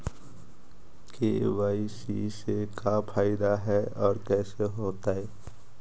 KYC से का फायदा है और कैसे होतै?